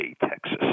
Texas